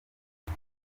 ibi